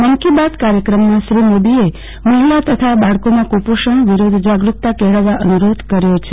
મન કી બાત કાર્યક્રમમાં શ્રી મોદીએ મહિલા તથા બાળકોમાં કુપોષણ વિરૂદ્ધ જાગૃતતા કેળવવા અનુરોધ કર્યો છે